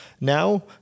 Now